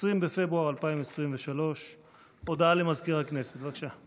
20 בפברואר 2023. הודעה למזכיר הכנסת, בבקשה.